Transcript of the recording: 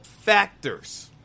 factors